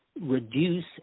reduce